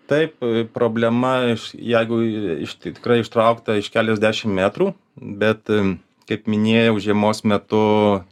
taip problema iš jeigu iš tikrai ištraukta iš keliasdešim metrų bet kaip minėjau žiemos metu